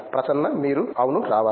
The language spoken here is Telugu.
ప్రసన్న మీరు అవును రావాలి